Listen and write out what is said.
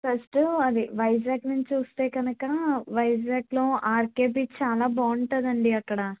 first అది వైజాగ్ నుంచి వస్తే కనుక వైజాగ్లో ఆర్కే బీచ్ చాలా బాగుంటుందండి అక్కడ